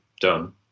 done